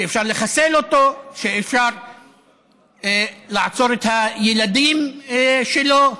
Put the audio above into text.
שאפשר לחסל אותו, שאפשר לעצור את הילדים שלו.